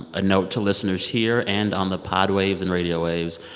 a note to listeners here and on the pod waves and radio waves,